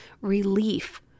relief